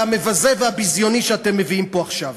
המבזה והביזיוני שאתם מביאים פה עכשיו,